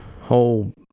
whole